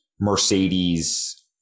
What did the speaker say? Mercedes